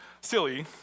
silly